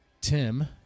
Tim